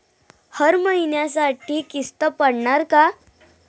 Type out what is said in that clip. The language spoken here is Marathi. हर महिन्यासाठी किस्त पडनार का?